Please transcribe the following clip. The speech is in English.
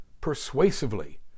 persuasively